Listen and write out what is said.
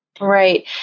Right